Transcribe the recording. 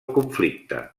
conflicte